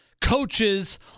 coaches